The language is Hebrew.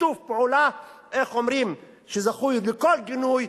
שיתוף פעולה שראוי לכל גינוי,